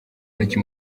ntoki